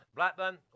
Blackburn